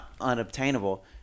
unobtainable